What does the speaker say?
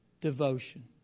devotion